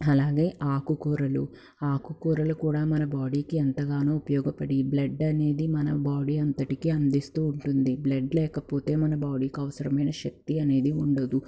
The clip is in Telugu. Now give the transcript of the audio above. అలాగే ఆకుకూరలు ఆకుకూరలు కూడా మన బాడీకి ఎంతగానో ఉపయోగపడి బ్లడ్ అనేది మన బాడీ అంతటికీ అందిస్తూ ఉంటుంది బ్లడ్ లేకపోతే మన బాడీకి అవసరమైన శక్తి అనేది ఉండదు